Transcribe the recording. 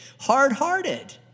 hard-hearted